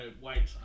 wait